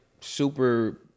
super